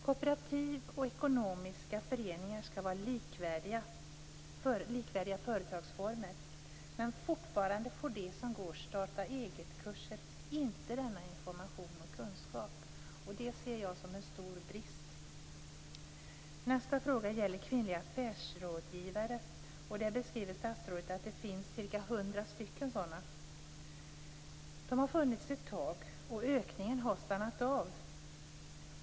Kooperativ och ekonomiska föreningar skall vara likvärdiga företagsformer, men fortfarande får de som går startaeget-kurser inte denna information och kunskap. Det ser jag som en stor brist. Nästa fråga gäller kvinnliga affärsrådgivare, och statsrådet beskriver att det finns ca 100 sådana. De har funnits ett tag, och ökningen har stannat av.